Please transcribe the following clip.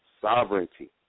sovereignty